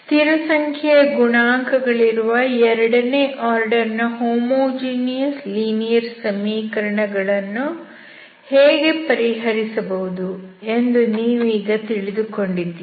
ಸ್ಥಿರಸಂಖ್ಯೆಯ ಗುಣಾಂಕ ಗಳಿರುವ ಎರಡನೇ ಆರ್ಡರ್ ನ ಹೋಮೋಜಿನಿಯಸ್ ಲೀನಿಯರ್ ಸಮೀಕರಣ yayby0 ಗಳನ್ನು ಹೇಗೆ ಪರಿಹರಿಸಬಹುದು ಎಂದು ನೀವೀಗ ತಿಳಿದುಕೊಂಡಿದ್ದೀರಿ